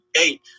eight